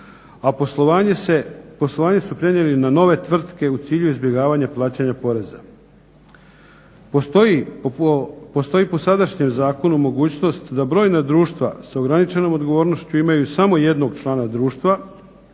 a poslovanje su prenijeli na nove tvrtke u cilju izbjegavanja plaćanja poreza. Postoji po sadašnjem zakonu mogućnost da brojna društva s ograničenom odgovornošću imaju samo jednog člana društva